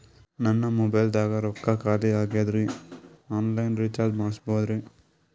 ನನ್ನ ಮೊಬೈಲದಾಗ ರೊಕ್ಕ ಖಾಲಿ ಆಗ್ಯದ್ರಿ ಆನ್ ಲೈನ್ ರೀಚಾರ್ಜ್ ಮಾಡಸ್ಬೋದ್ರಿ?